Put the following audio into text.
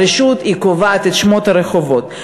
הרשות קובעת את שמות הרחובות.